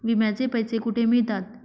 विम्याचे पैसे कुठे मिळतात?